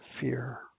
fear